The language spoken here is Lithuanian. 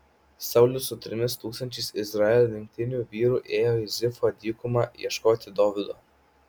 saulius su trimis tūkstančiais izraelio rinktinių vyrų ėjo į zifo dykumą ieškoti dovydo